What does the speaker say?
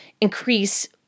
increase